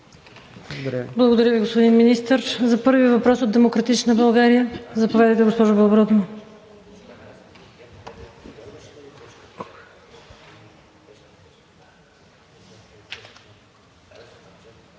Благодаря Ви, господин Министър. За първия въпрос от „Демократична България“? Заповядайте, госпожо Белобрадова.